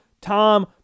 Tom